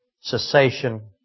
cessation